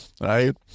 right